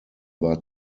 war